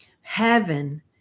heaven